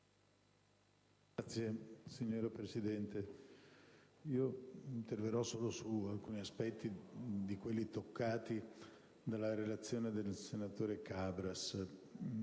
*(PD)*. Signora Presidente, interverrò solo su alcuni aspetti fra quelli trattati nella relazione dal senatore Cabras.